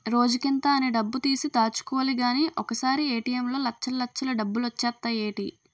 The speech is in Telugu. రోజుకింత అని డబ్బుతీసి దాచుకోలిగానీ ఒకసారీ ఏ.టి.ఎం లో లచ్చల్లచ్చలు డబ్బులొచ్చేత్తాయ్ ఏటీ?